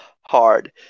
hard